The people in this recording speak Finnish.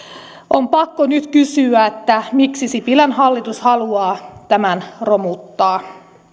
on pakko nyt kysyä miksi sipilän hallitus haluaa tämän romuttaa